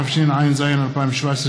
התשע"ז 2017,